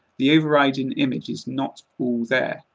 the over-riding image is not all there.